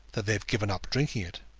that they have given up drinking it.